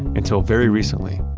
until very recently,